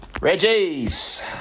Reggie's